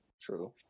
True